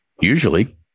Usually